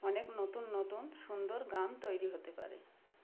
অনেক নতুন নতুন সুন্দর গান তৈরি হতে পারে